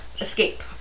Escape